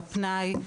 בפנאי,